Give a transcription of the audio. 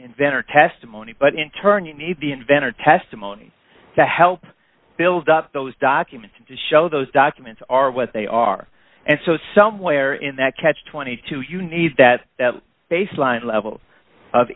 inventer testimony but in turn you need the inventor testimony to help build up those documents to show those documents are what they are and so somewhere in that catch twenty two you need that baseline level of